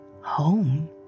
home